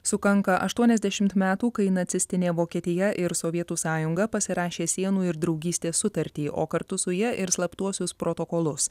sukanka aštuoniasdešimt metų kai nacistinė vokietija ir sovietų sąjunga pasirašė sienų ir draugystės sutartį o kartu su ja ir slaptuosius protokolus